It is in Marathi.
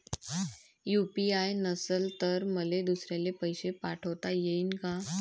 यू.पी.आय नसल तर मले दुसऱ्याले पैसे पाठोता येईन का?